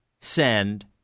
send